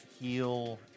heal